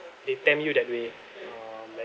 they tempt you that way uh like